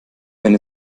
wenn